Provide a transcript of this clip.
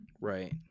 Right